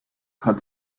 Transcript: hat